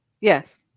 Yes